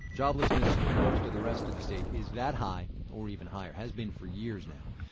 joblessness in most of the rest of the state is that high or even higher. has been for years now.